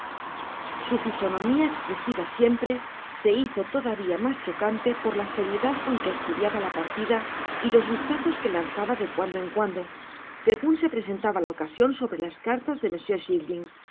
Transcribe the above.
su fisonomia expresiva siempre se hizo todavia mas chocante por la seriedad con que estudiaba la partida y los vistazos que lanzaba de cuando en cuando segun se presentaba la ocasion sobre las carias de